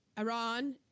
Iran